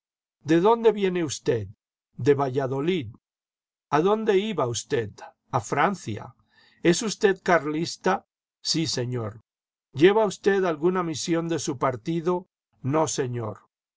de dónde viene usted de valladolid adonde iba usted a francia i es usted carlista sí señor lleva usted alguna misión de su partido no señor